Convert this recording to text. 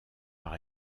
par